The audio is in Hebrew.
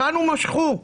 אותנו משכו.